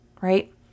right